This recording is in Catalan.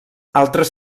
altres